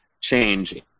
change